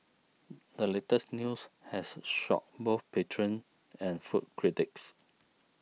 the latest news has shocked both patrons and food critics